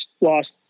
lost